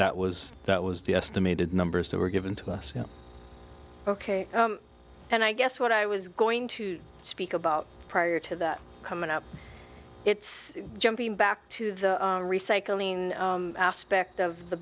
that was that was the estimated numbers that were given to us ok and i guess what i was going to speak about prior to that coming up it's jumping back to the recycling aspect of the